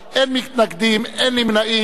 אין מתנגדים, אין נמנעים.